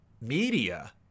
media